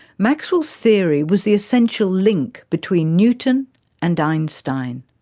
maxwell's theory was the essential link between newton and einstein.